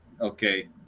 Okay